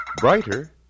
brighter